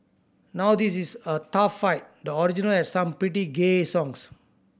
now this is a tough fight the original had some pretty gay songs